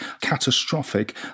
catastrophic